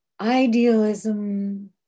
idealism